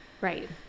Right